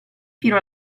fino